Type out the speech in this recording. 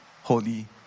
holy